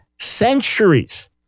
centuries